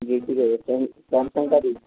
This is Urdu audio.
جی ٹھیک ہے